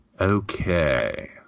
Okay